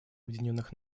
объединенных